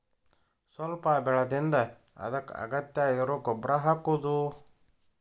ಸ್ವಲ್ಪ ಬೆಳದಿಂದ ಅದಕ್ಕ ಅಗತ್ಯ ಇರು ಗೊಬ್ಬರಾ ಹಾಕುದು